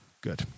good